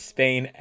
Spain